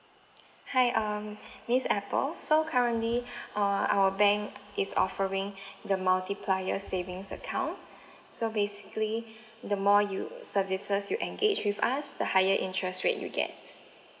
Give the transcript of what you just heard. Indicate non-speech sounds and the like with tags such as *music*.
hi um miss apple so currently *breath* uh our bank is offering *breath* the multiplier savings account so basically the more you services you engage with us the higher interest rate you get